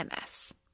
MS